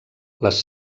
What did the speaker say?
les